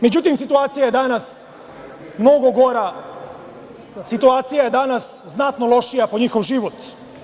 Međutim, situacija je danas mnogo gora, situacija je znatno lošija po njihov život.